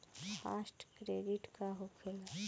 Fast credit का होखेला?